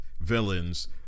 villains